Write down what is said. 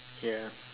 ya